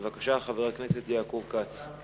בבקשה, חבר הכנסת יעקב כץ.